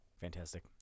Fantastic